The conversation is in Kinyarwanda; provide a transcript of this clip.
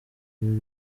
rwa